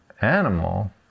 animal